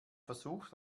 versucht